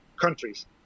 countries